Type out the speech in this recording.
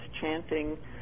chanting